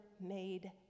made